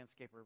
landscaper